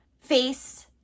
face